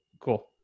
Cool